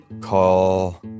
call